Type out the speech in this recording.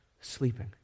sleeping